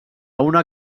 una